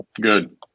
Good